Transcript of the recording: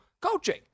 Coaching